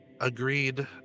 agreed